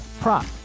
prop